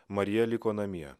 marija liko namie